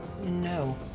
No